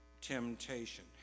temptation